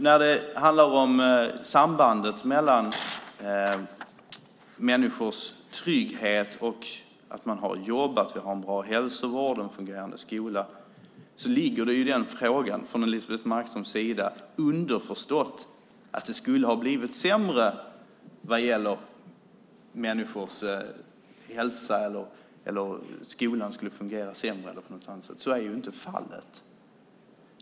När det handlar om sambandet mellan människors trygghet och att man har jobb, bra hälsovård och en fungerande skola ligger underförstått i Elisebeht Markströms fråga att det skulle ha blivit sämre med människors hälsa eller att skolan skulle fungera sämre. Så är ju inte fallet.